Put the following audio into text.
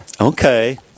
Okay